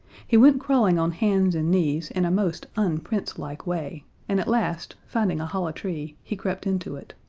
he went crawling on hands and knees in a most un-prince-like way, and at last, finding a hollow tree, he crept into it.